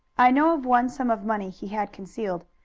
i know of one sum of money he had concealed,